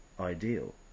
ideal